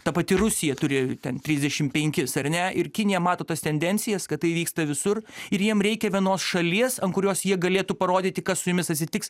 ta pati rusija turėjo ten trisdešim penkis ar ne ir kinija mato tas tendencijas kad tai vyksta visur ir jiem reikia vienos šalies ant kurios jie galėtų parodyti kas su jumis atsitiks